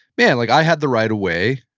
man like i had the right away.